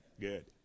good